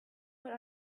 what